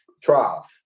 trial